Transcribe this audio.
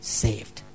saved